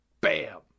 BAM